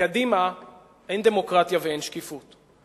בקדימה אין דמוקרטיה ואין שקיפות.